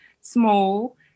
small